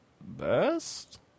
best